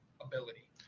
ability